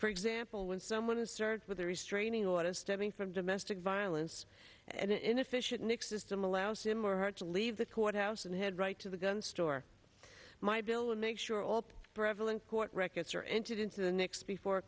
for example when someone is served with a restraining order stemming from domestic violence and inefficient nics system allows him or her to leave the courthouse and head right to the gun store my bill and make sure all the prevalence court records are entered into the next before a